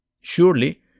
Surely